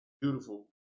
beautiful